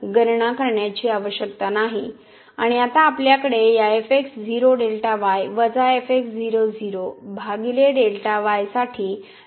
आणि आता आपल्याकडे या साठी आहे